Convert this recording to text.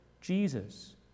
Jesus